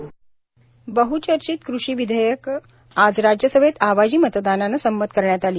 कृषि विधेयक बह्चर्चित कृषी विधेयक आज राज्यसभेत आवाजी मतदानानं संमत करण्यात आली